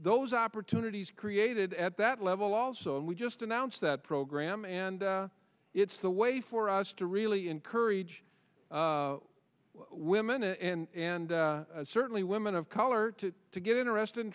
those opportunities created at that level also and we just announce that program and it's the way for us to really encourage women and certainly women of color to to get interested in